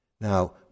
Now